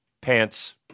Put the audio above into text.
Pants